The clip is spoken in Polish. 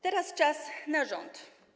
Teraz czas na rząd.